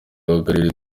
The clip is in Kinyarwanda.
w’akarere